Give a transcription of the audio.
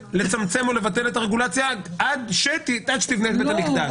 היכולת לצמצם או לבטל את הרגולציה עד שתבנה את בית המקדש.